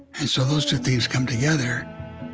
and so those two things come together,